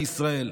לישראל,